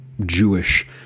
Jewish